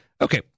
Okay